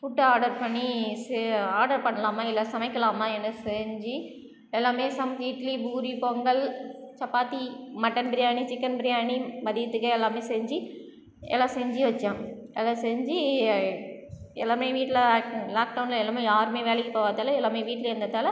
food order பண்ணி சே order பண்ணலாமா இல்லை சமைக்கலாமா என்ன செஞ்சு எல்லாமே சமைச்சு இட்லி பூரி பொங்கல் சப்பாத்தி மட்டன் பிரியாணி சிக்கன் பிரியாணி மதியத்துக்கே எல்லாமே செஞ்சு எல்லாம் செஞ்சு வச்சோம் எல்லாம் செஞ்சு எல்லாமே வீட்டில் ஆக் லாக்டவுனில் எல்லாமே யாருமே வேலைக்கு போகாததால எல்லாமே வீட்லே இருந்ததால்